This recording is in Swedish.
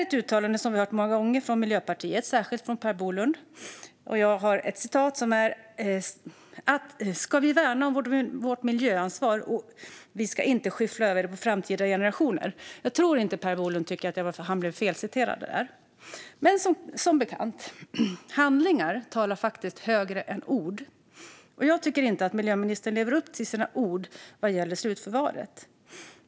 Ett uttalande som hörts många gånger från Miljöpartiet, särskilt från Per Bolund, är att vi ska värna om vårt miljöansvar och inte skyffla över det på framtida generationer. Jag tror inte att Per Bolund tycker att han blev felciterad nu. Men som bekant talar handlingar faktiskt högre än ord, och jag tycker inte att miljöministern lever upp till sina ord vad gäller slutförvaret.